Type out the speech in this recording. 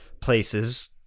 places